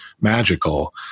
magical